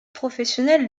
professionnel